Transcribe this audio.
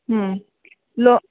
ಹ್ಞೂ ಲೋ